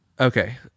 Okay